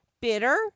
bitter